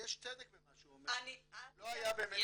רמי, אני מבקשת,